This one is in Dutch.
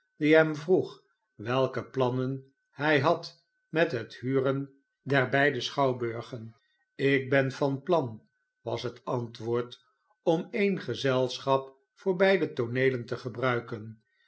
die hem vroeg welke plannen hij had met het huren der beide schouwburgen ik ben van plan was het antwoord om e'en gezelschap voor beide tooneelen te gebruiken